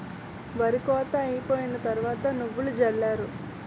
ఒరి కోత అయిపోయిన తరవాత నువ్వులు జల్లారు